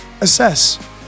assess